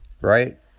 Right